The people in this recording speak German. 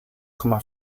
komma